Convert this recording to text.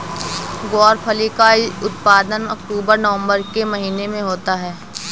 ग्वारफली का उत्पादन अक्टूबर नवंबर के महीने में होता है